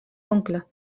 oncle